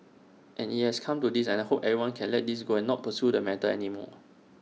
and IT has come to this and I hope everyone can let this go and not pursue the matter anymore